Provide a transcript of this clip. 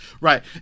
Right